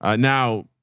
ah now